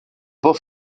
beau